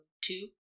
two